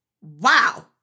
Wow